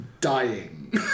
dying